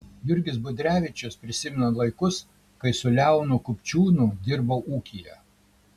jurgis budrevičius prisimena laikus kai su leonu kupčiūnu dirbo ūkyje